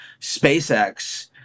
SpaceX